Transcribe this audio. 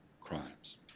crimes